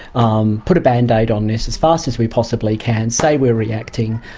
um put a bandaid on this as fast as we possibly can, say we're reacting,